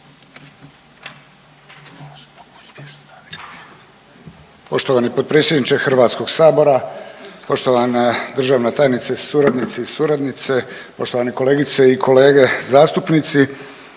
Poštovani potpredsjedniče Hrvatskog sabora, poštovana državna tajnice, suradnici i suradnice, poštovane kolegice i kolege zastupnici,